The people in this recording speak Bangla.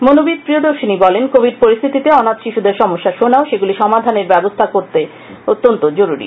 মনোবিদ প্রিয়দর্শিনী বলেন কোভিড পরিস্থিতিতে অনাথ শিশুদের সমস্যা শোনা ও সেগুলি সমাধানের ব্যবস্থা করা অত্যন্ত জরুরি